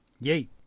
Yay